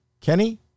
Kenny